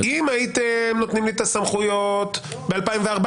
אם הייתם נותנים לי הסמכויות ב-2014,